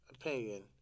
opinion